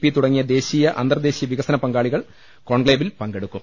P തുടങ്ങിയ ദേശീയ അന്തർദേശീയ ്വികസന പങ്കാളികൾ കോൺക്ലേവിൽ പങ്കെടുക്കും